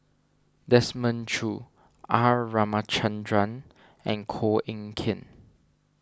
Desmond Choo R Ramachandran and Koh Eng Kian